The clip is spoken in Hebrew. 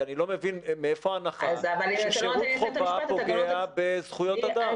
כי אני לא מבין מאיפה ההנחה ששירות חובה פוגע בזכויות אדם.